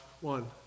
one